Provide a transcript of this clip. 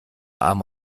arm